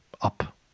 up